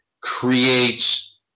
creates